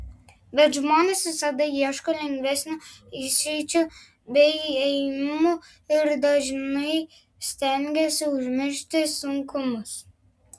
bet žmonės visada ieško lengvesnių išeičių bei ėjimų ir dažnai stengiasi užmiršti sunkumus